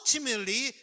ultimately